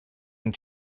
and